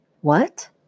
What